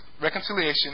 reconciliation